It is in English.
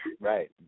right